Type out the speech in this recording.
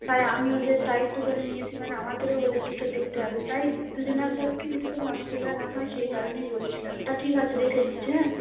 তাই আমি ওদের দায়িত্ব করে নিয়েছি মানে আমাদেরও ওদের দিকটা দেখতে হবে তাই দুজার পক্ষে যদি কোনো অসুবিধা না হয় সেই কারণেই বলছিলাম তা ঠিক আছে রেখে দিচ্ছি হ্যাঁ